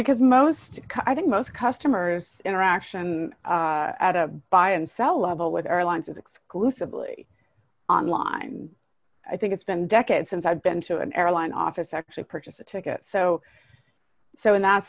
because most i think most customers interaction at a buy and sell level with airlines is exclusively online i think it's been decades since i've been to an airline office actually purchase a ticket so so in that